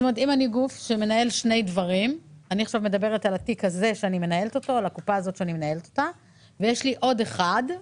אם אני גוף שמנהל שני דברים, ויש לי עוד אחד,